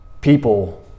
people